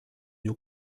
new